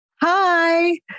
Hi